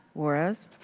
juarez.